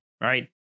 right